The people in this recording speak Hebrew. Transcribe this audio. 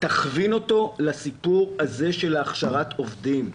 תכווין אותו לסיפור הזה של הכשרת העובדים,